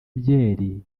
byeri